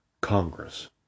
Congress